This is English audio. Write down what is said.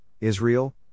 Israel